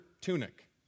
tunic